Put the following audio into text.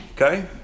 okay